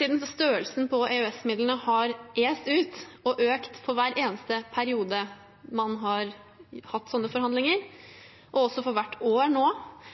siden størrelsen på EØS-midlene har est ut og økt for hver eneste periode man har hatt sånne forhandlinger, og også for hvert år nå: